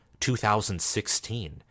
2016